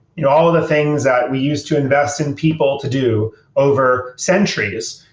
in all of the things that we used to invest in people to do over centuries,